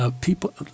People